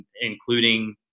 including